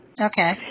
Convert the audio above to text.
Okay